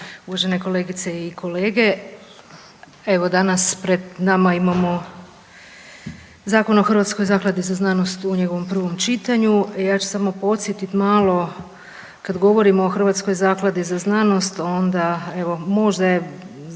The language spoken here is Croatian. uvažene kolegice i kolege. Evo danas pred nama imamo Zakon o Hrvatskoj zakladi za znanost u njegovom prvom čitanju, ja ću samo podsjetit malo kad govorimo o HRZZ-u evo onda možda je